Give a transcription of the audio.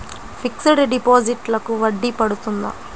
Fixed డిపాజిట్లకు వడ్డీ పడుతుందా?